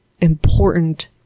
important